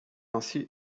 ainsi